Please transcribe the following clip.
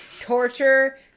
torture